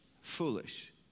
Foolish